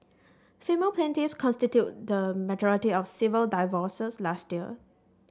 female plaintiffs constituted the majority of civil divorces last year